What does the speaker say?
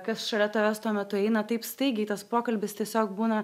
kas šalia tavęs tuo metu eina taip staigiai tas pokalbis tiesiog būna